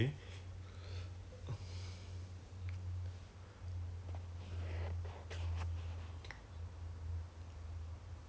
ya then was like eh not bad leh then 这个 so I contacted the person then the person 跟我讲 lor like show me this link and all that wa~ that's why I ask you all 看你们可不可以